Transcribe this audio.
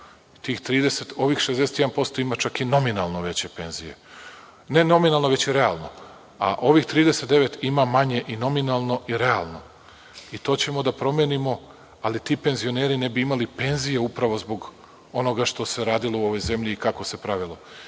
krio. Ovih 61% ima čak i nominalno veće penzije, ne nominalno, već realno, a ovih 39 ima manje i nominalno i realno i to ćemo da promenimo, ali ti penzioneri ne bi imali penzije upravo zbog onoga što se radilo u ovoj zemlji i kako se pravilo.I